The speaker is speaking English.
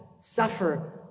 suffer